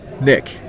Nick